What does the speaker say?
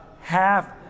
half